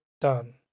done